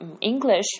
English